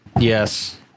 Yes